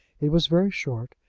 it was very short,